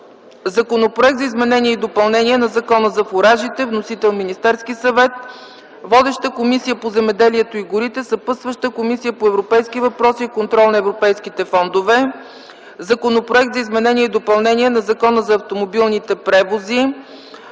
Законопроект за изменение и допълнение на Закона за фуражите. Вносител е Министерският съвет. Водеща е Комисията по земеделието и горите. Съпътстваща е Комисията по европейските въпроси и контрол на европейските фондове. - Законопроект за изменение и допълнение на Закона за автомобилните превози.